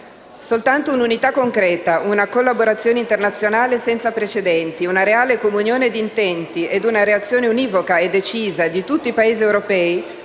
Soltanto un'unità concreta, una collaborazione internazionale senza precedenti, una reale comunione di intenti ed una reazione univoca e decisa di tutti i Paesi europei